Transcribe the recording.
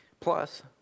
Plus